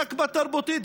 נכבה תרבותית.